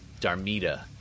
Darmida